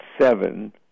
seven